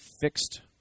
fixed